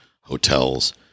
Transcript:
hotels